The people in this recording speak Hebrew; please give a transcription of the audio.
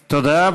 תודה.